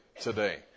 today